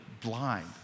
blind